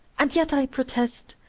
and yet, i protest,